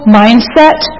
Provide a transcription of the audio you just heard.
mindset